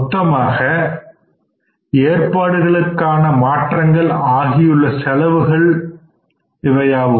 மொத்தமான ஏற்பாடுகளுக்காக மாற்றங்கள் ஆகியுள்ள செலவுகள்தான் இவையாவும்